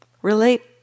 Relate